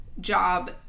job